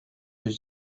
yüz